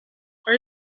are